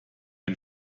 ein